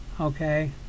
okay